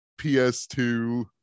PS2